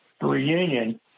reunion